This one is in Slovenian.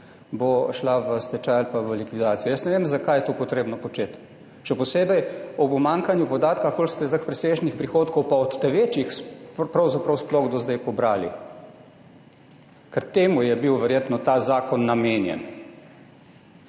bo šla v stečaj ali pa v likvidacijo. Jaz ne vem, zakaj je to potrebno početi, še posebej ob pomanjkanju podatka, koliko ste teh presežnih prihodkov pa od teh večjih pravzaprav sploh do zdaj pobrali, ker temu je bil verjetno ta zakon namenjen.